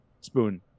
spoon